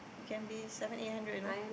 it can be seven eight hundred you know